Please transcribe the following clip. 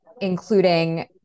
including